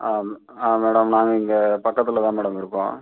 madam நாங்கள் இங்கே பக்கத்தில் தான் மேடம் இருக்கோம்